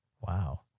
Wow